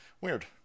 weird